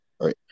Right